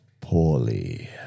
poorly